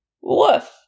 Woof